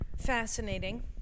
Fascinating